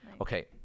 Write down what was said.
Okay